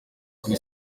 kuri